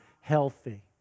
healthy